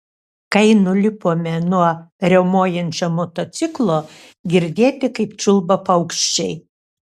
kai nulipome nuo riaumojančio motociklo girdėti kaip čiulba paukščiai